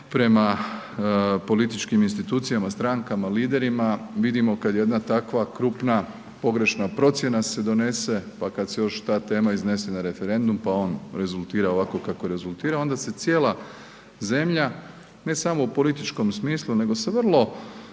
prema političkim institucijama, strankama, liderima vidimo kada jedna takva krupna pogrešna procjena se donese pa kada se još ta tema iznese na referendum pa on rezultira ovako kako rezultira onda se cijela zemlja, ne samo u političkom smislu nego sa vrlo